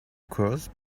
cures